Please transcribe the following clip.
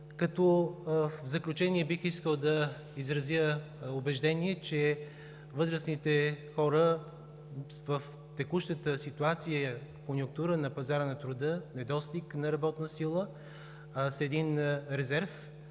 В заключение, бих искал да изразя убеждение, че възрастните хора в текущата ситуация, конюнктура на пазара на труда, недостиг на работна сила са един резерв,